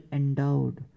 endowed